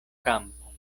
kampo